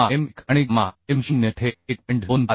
gamma m 1 आणि gamma m 0 येथे 1